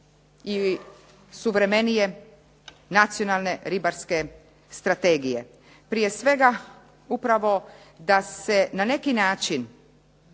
i suvremenije Nacionalne ribarske strategije. Prije svega upravo da se na neki način